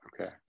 Okay